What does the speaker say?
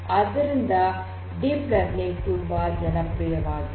ಆದ್ದರಿಂದ deep learning ತುಂಬಾ ಜನಪ್ರಿಯವಾಗುತ್ತಿದೆ